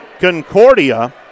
Concordia